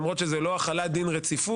למרות שזה לא החלת דין רציפות,